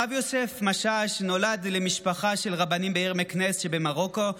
הרב יוסף משאש נולד למשפחה של רבנים בעיר מקנס שבמרוקו.